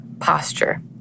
posture